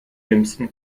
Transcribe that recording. dümmsten